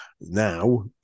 now